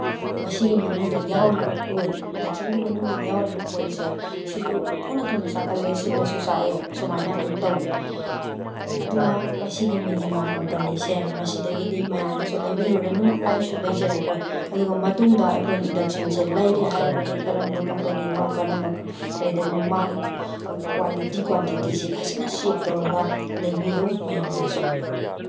ꯃꯁꯤꯒꯤ ꯃꯅꯨꯡꯗ ꯌꯥꯎꯔꯤꯕ ꯀꯣꯏꯜ ꯏꯟꯗꯛꯁꯟꯒꯤ ꯃꯅꯨꯡꯗ ꯌꯥꯎꯔꯤꯕ ꯀꯣꯏꯜꯁꯦ ꯁꯤꯁꯨ ꯊꯨꯅ ꯊꯨꯅ ꯆꯥꯛꯀꯜꯂꯦ ꯁꯤꯜꯂꯁꯨ ꯆꯥꯛꯑꯦ ꯁꯨꯃꯥꯏꯅ ꯑꯗꯨꯝ ꯇꯧꯏ ꯑꯗꯨꯅ ꯃꯁꯤꯒꯤ ꯃꯤꯅꯤꯃꯥ ꯀꯝꯄꯅꯤꯁꯦ ꯃꯁꯤꯗꯒꯤꯗꯤ ꯃꯌꯥꯝꯅꯁꯨ ꯂꯩꯕꯤꯔꯨꯔꯅꯨ ꯑꯩꯁꯨ ꯂꯩꯖꯔꯔꯣꯏ ꯑꯗꯨꯒ ꯃꯇꯨꯡꯗ ꯑꯩꯈꯣꯏꯅ ꯏꯟꯗꯛꯁꯟꯁꯦ ꯂꯩꯒꯦ ꯍꯥꯏꯔꯕꯗꯤ ꯀꯔꯝꯕ ꯀꯝꯄꯅꯤꯅꯣ ꯀꯔꯝꯕ ꯀꯔꯤꯗꯅꯣ ꯃꯥꯒꯤ ꯀ꯭ꯋꯥꯂꯤꯇꯤ ꯀ꯭ꯋꯥꯟꯇꯤꯇꯤꯁꯤ ꯐꯖꯅ ꯆꯦꯛ ꯇꯧꯔꯒ ꯂꯩꯕꯤꯌꯨ ꯃꯌꯥꯝꯅꯁꯨ